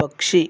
पक्षी